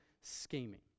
scheming